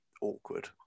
awkward